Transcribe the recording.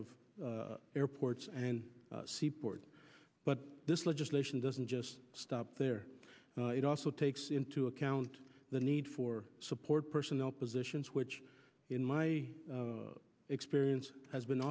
of airports and seaports but this legislation doesn't just stop there it also takes into account the need for support personnel positions which in my experience has been